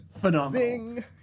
phenomenal